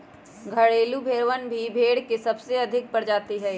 घरेलू भेड़वन भी भेड़ के सबसे अधिक प्रजाति हई